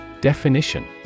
Definition